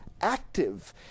active